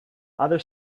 other